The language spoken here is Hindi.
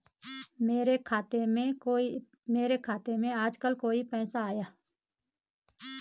मेरे खाते में आजकल कोई पैसा आया?